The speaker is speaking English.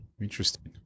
interesting